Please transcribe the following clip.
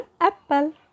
apple